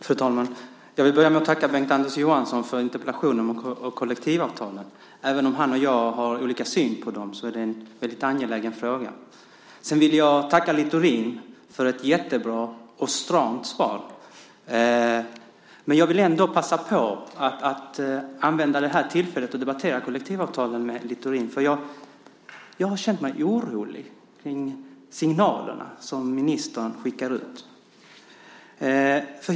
Fru talman! Jag vill börja med att tacka Bengt-Anders Johansson för interpellationen om kollektivavtalen. Även om han och jag har olika syn på dem är det en angelägen fråga. Jag vill också tacka Littorin för ett jättebra och stramt svar, men jag vill ändå passa på att använda det här tillfället till att debattera kollektivavtalen med honom. Jag har nämligen känt mig orolig för de signaler som ministern skickar ut.